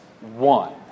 one